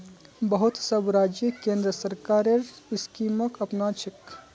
बहुत सब राज्य केंद्र सरकारेर स्कीमक अपनाछेक